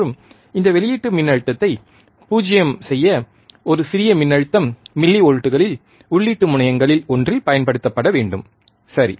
மற்றும் இந்த வெளியீட்டு மின்னழுத்தத்தை 0 செய்ய ஒரு சிறிய மின்னழுத்தம் மில்லிவோல்ட்களில் உள்ளீட்டு முனையங்களில் ஒன்றில் பயன்படுத்தப்பட வேண்டும் சரி